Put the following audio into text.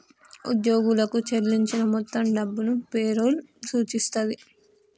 ఉద్యోగులకు చెల్లించిన మొత్తం డబ్బును పే రోల్ సూచిస్తది